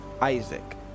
Isaac